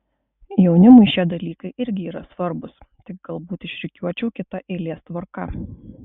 jaunimui šie dalykai irgi yra svarbūs tik galbūt išrikiuočiau kita eilės tvarka